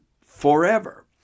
forever